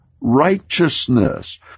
righteousness